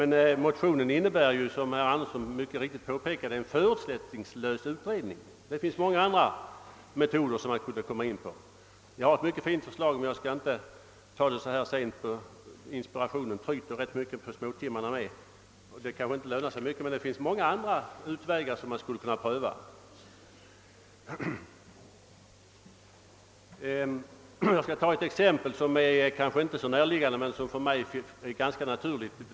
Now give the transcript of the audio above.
I motionen begär jag emellertid — som herr Andersson i Örebro så riktigt påpekade — en förutsättningslös utredning, och det finns ju många andra metoder som man kunde tänka sig. Jag har ett mycket fint förslag, men jag skall inte ta upp det så här sent; inspirationen tryter ju en aning på småtimmarna, och det kanske inte heller skulle löna sig mycket. Det finns emellertid många andra utvägar som man skulle kunna pröva. Jag skall ta ett exempel, som kanske inte är så närliggande men för mig ganska naturligt.